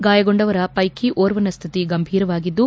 ಗಾಯಗೊಂಡವರ ಹೈಕಿ ಓರ್ವನ ಸ್ವಿತಿ ಗಂಬೀರವಾಗಿದ್ದು